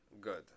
good